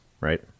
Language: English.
right